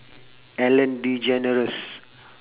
ellen degeneres